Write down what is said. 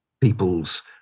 people's